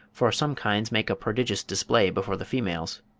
for some kinds make a prodigious display before the females.